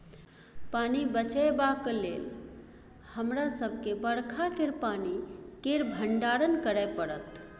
पानि बचेबाक लेल हमरा सबके बरखा केर पानि केर भंडारण करय परत